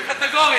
אני צוחק.